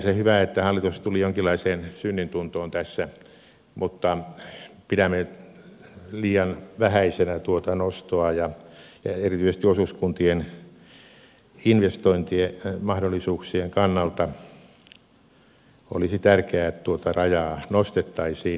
sinänsä hyvä että hallitus tuli jonkinlaiseen synnintuntoon tässä mutta pidämme liian vähäisenä tuota nostoa ja erityisesti osuuskuntien investointimahdollisuuksien kannalta olisi tärkeää että tuota rajaa nostettaisiin